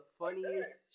funniest